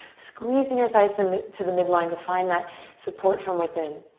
squeeze inner thighs and to the midline to find that support from within,